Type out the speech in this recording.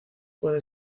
puede